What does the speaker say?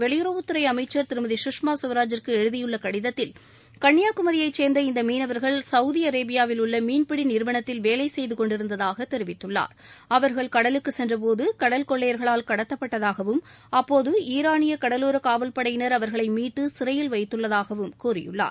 வெளியறவுத்துறை அமைச்சர் திருமதி சுஷ்மா ஸ்வராஜிற்கு எழுதியுள்ள கடிதத்தில் கன்னியாகுமரியைச் சேர்ந்த இந்த மீனவர்கள் சவுதி அரேபியாவில் உள்ள மீன்பிடி நிறுவனத்தில் வேலை செய்து கொண்டிருந்ததாகத் தெரிவித்துள்ளார் அவர்கள் கடலுக்கு சென்ற போது கடல் கொள்ளையர்களால் கடத்தப்பட்டதாகவும் அப்போது ஈரானிய கடலோர காவல்படையினர் அவர்களை மீட்டு சிறையில் வைத்துள்ளதாகவும் கூறியுள்ளார்